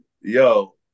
Yo